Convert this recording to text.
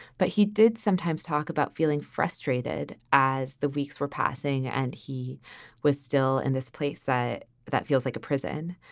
but he did sometimes talk about feeling frustrated as the weeks were passing and he was still in this place, that feels like a prison.